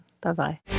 Bye-bye